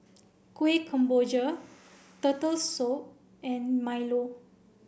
Kueh Kemboja Turtle Soup and Milo